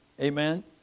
Amen